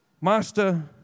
Master